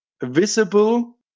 visible